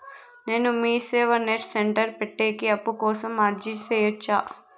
నేను MeeSeva net center పెట్టేకి అప్పు కోసం అర్జీ సేయొచ్చా?